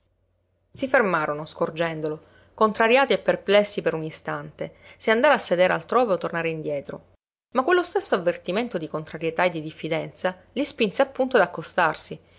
si fermarono scorgendolo contrariati e perplessi per un istante se andare a sedere altrove o tornare indietro ma quello stesso avvertimento di contrarietà e di diffidenza li spinse appunto ad accostarsi